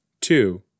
two